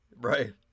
right